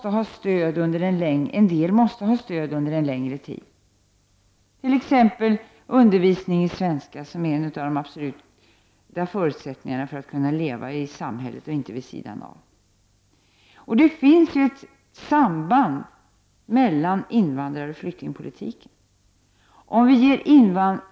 En del måste ha stöd under en längre tid, t.ex. undervisning i svenska, som är en av de viktigaste förutsättningarna för att dessa människor skall kunna leva i samhället och inte vid sidan av. Det finns ett samband mellan invandraroch flyktingpolitiken.